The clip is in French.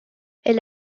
elle